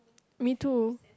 me too